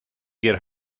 get